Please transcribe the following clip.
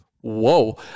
whoa